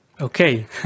Okay